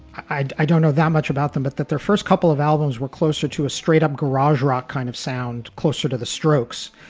i don't know that much about them, but that their first couple of albums were closer to a straight up garage rock kind of sound closer to the strokes.